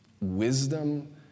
Wisdom